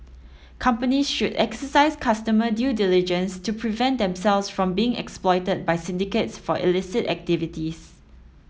companies should exercise customer due diligence to prevent themselves from being exploited by syndicates for illicit activities